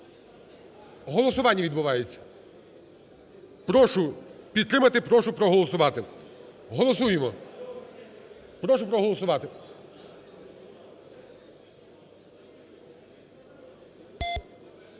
Голосування відбувається. Прошу підтримати. Прошу проголосувати. Голосуємо. Прошу проголосувати.